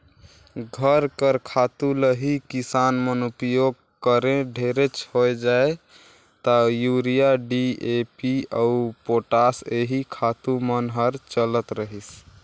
घर कर खातू ल ही किसान मन उपियोग करें ढेरेच होए जाए ता यूरिया, डी.ए.पी अउ पोटास एही खातू मन हर चलत रहिस